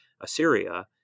Assyria